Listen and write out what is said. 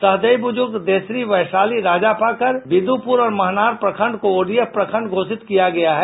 सहदेई बुजुर्ग देसरी वैशाली राजापाकर बिदुपुर और महनार प्रखंड को ऑ डी एफ प्रखंड घोषित किया गया है